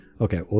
Okay